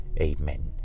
Amen